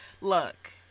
Look